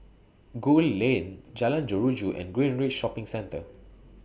Gul Lane Jalan Jeruju and Greenridge Shopping Centre